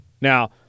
Now